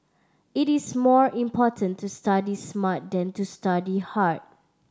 it is more important to study smart than to study hard